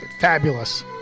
fabulous